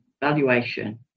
valuation